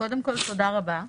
תודה רבה.